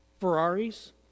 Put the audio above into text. Ferraris